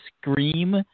scream